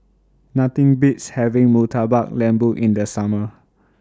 Nothing Beats having Murtabak Lembu in The Summer